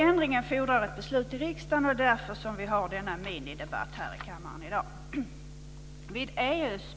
Ändringen fordrar ett beslut i riksdagen. Därför har vi denna minidebatt i kammaren i dag.